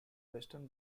western